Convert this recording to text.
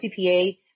CPA